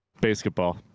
basketball